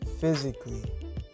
physically